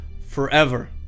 forever